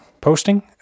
posting